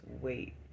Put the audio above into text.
wait